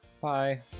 Bye